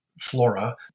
flora